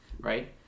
right